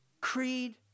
creed